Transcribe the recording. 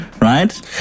right